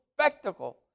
spectacle